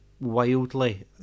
wildly